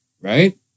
Right